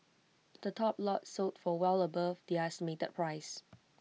the top lots sold for well above their estimated price